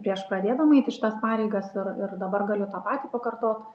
prieš pradėdama eiti šitas pareigas ir ir dabar galiu tą patį pakartot